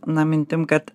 na mintim kad